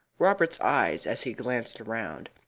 robert's eyes, as he glanced around,